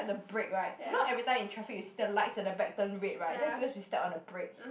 the brake right you know every time in traffic you see the lights at the back turn red right that's because you step on the brake